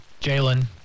Jalen